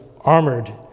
armored